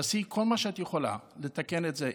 תעשי כל מה שאת יכולה כדי לתקן את זה.